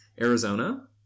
Arizona